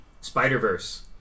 Spider-Verse